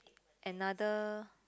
another